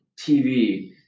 TV